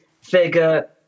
figure